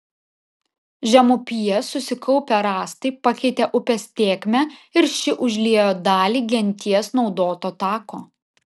žemupyje susikaupę rąstai pakeitė upės tėkmę ir ši užliejo dalį genties naudoto tako